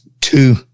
two